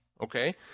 okay